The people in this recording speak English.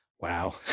Wow